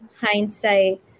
hindsight